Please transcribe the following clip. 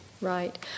right